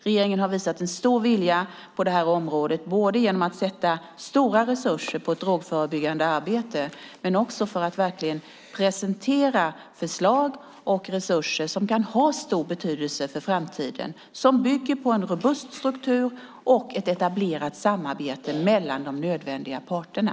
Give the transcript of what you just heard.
Regeringen har visat stor vilja på detta område både genom att avsätta stora resurser till drogförebyggande arbete och genom att presentera förslag och resurser som kan ha stor betydelse i framtiden och som bygger på en robust struktur och ett etablerat samarbete mellan de nödvändiga parterna.